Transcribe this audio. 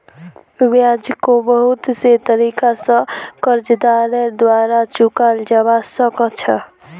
ब्याजको बहुत से तरीका स कर्जदारेर द्वारा चुकाल जबा सक छ